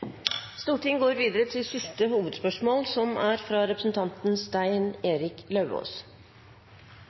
Stortinget går videre til siste hovedspørsmål.